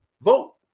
vote